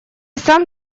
сам